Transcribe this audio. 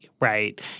right